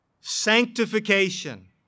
sanctification